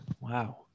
Wow